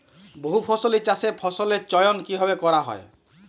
বহুফসলী চাষে ফসলের চয়ন কীভাবে করা হয়?